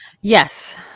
yes